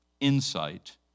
insight